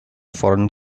foreign